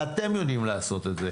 ואתם יודעים לעשות את זה.